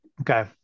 Okay